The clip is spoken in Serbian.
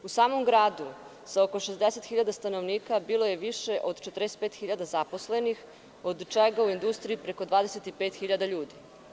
U samom gradu, sa oko 60.000 stanovnika, bilo je više od 45.000 zaposlenih, od čega u industriji preko 25.000 ljudi.